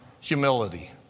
humility